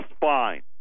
fine